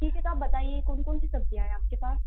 ٹھیک ہے تو آپ بتائیے کون کون سی سبزیاں ہیں آپ کے پاس